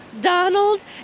Donald